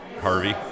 Harvey